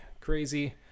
crazy